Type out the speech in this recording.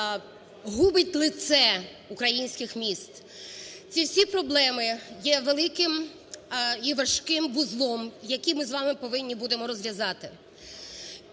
губить лице українських міст. Ці всі проблеми є великим і важким вузлом, який ми з вами повинні будемо розв'язати.